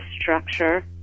structure